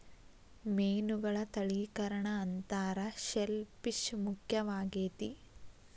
ಮೇನುಗಳ ತಳಿಕರಣಾ ಅಂತಾರ ಶೆಲ್ ಪಿಶ್ ಮುಖ್ಯವಾಗೆತಿ